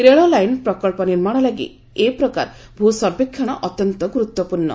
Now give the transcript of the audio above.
ରେଳ ଲାଇନ୍ ପ୍ରକଳ୍ପ ନିର୍ମାଣ ଲାଗି ଏପ୍ରକାର ଭୂ୍ ସର୍ବେକ୍ଷଣ ଅତ୍ୟନ୍ତ ଗୁରୁତ୍ୱପୂର୍ଷ